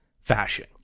fashion